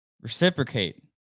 Reciprocate